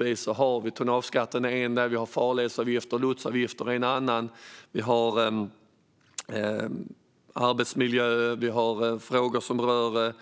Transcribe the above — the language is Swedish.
Vi har tonnageskatten, farledsavgifter och lotsavgifter, och vi har arbetsmiljö och frågor som rör till